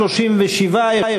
התשע"ג 2013,